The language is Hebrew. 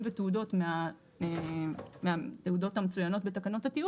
ותעודות מהתעודות המצוינות בתקנות התיעוד,